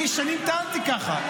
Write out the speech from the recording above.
אני שנים טענתי ככה,